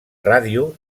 ràdio